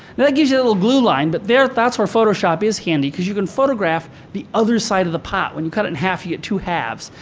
that gives you a little glue line, but there, that's where photoshop is handy cause you can photograph the other side of the pot. when you cut it in half, you get two halves.